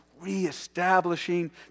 reestablishing